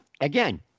again